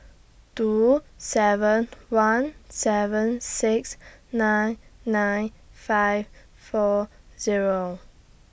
two seven one seven six nine nine five four Zero